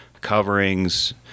coverings